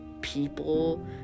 people